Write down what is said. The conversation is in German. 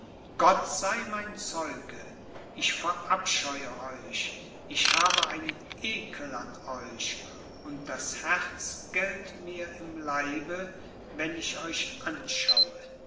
gott sei mein zeuge ich verabscheue euch ich habe einen ekel an euch und das herz gällt mir im leibe wenn ich euch anschaue